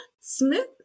Smith